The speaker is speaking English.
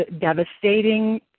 devastating